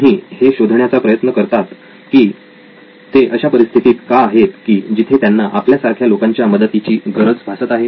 तुम्ही हे शोधण्याचा प्रयत्न करतात की ते अशा परिस्थितीत का आहेत की जिथे त्यांना आपल्यासारख्या लोकांच्या मदतीची गरज भासते आहे